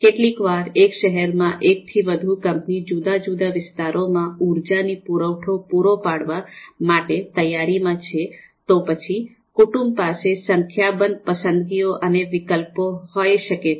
કેટલીક વાર એક શહેરમાં એક થી વધુ કંપની જુદા જુદા વિસ્તારોમાં ઉર્જાની પુરવઠો પૂરો પાડવા માટે તૈયારી માં છે તો પછી કુટુંબો પાસે સંખ્યાબંધ પસંદગીઓ અને વિકલ્પો હોય શકે છે